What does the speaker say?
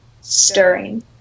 stirring